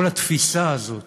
כל התפיסה הזאת